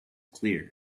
clear